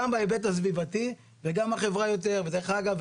גם בהיבט הסביבתי וגם החברה יותר ודרך אגב,